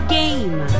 game